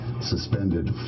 suspended